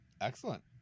Excellent